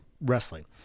wrestling